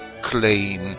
claim